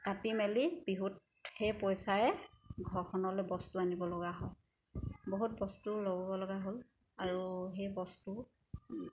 কাটি মেলি বিহুত সেই পইচায়ে ঘৰখনলৈ বস্তু আনিব লগা হয় বহুত বস্তু ল'ব লগা হ'ল আৰু সেই বস্তু